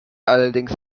allerdings